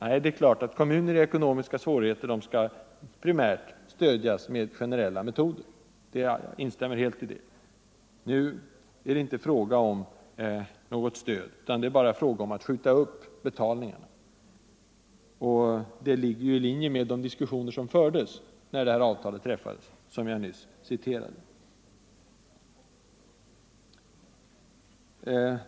Nej, det är klart att kommuner i ekonomiska svårigheter primärt skall stödjas med generella metoder. Jag instämmer i det. Men nu är det inte fråga om något stöd, utan det är bara fråga om att skjuta upp betalningarna. Det ligger i linje med de diskussioner som fördes när avtalet träffades, enligt vad jag nyss citerade.